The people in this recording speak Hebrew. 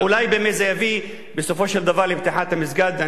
אולי באמת זה יביא בסופו של דבר לפתיחת המסגד.